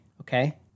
okay